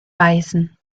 beißen